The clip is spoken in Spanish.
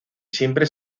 siempre